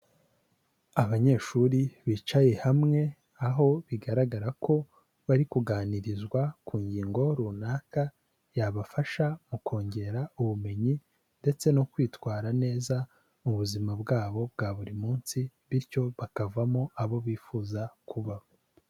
Abanyeshuri bicaye hamwe aho bigaragara ko bari kuganirizwa ku ngingo runaka, yabafasha mu kongera ubumenyi ndetse no kwitwara neza mu buzima bwabo bwa buri munsi bityo bakavamo abo bifuza kuba.